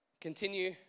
Continue